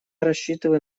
рассчитываю